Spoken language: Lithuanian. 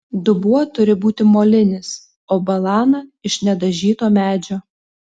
dubuo turi būti molinis o balana iš nedažyto medžio